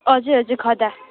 हजुर हजुर खदा